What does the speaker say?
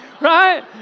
right